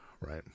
right